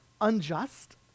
unjust